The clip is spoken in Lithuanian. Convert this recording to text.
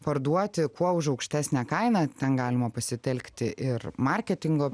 parduoti kuo už aukštesnę kainą ten galima pasitelkti ir marketingo